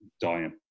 dying